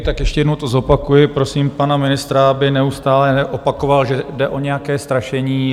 Tak ještě jednou to zopakuji, prosím pana ministra, aby neustále neopakoval, že jde o nějaké strašení.